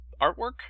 artwork